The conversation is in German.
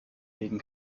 legen